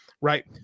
Right